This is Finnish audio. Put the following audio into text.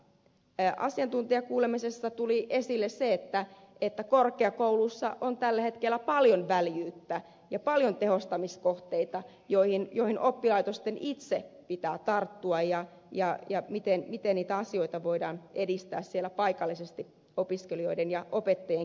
asiantuntijakuulemisessa tuli esille se että korkeakoulussa on tällä hetkellä paljon väljyyttä ja paljon tehostamiskohteita joihin oppilaitosten itse pitää tarttua miten niitä asioita voidaan edistää siellä paikallisesti opiskelijoiden ja opettajien keskuudessa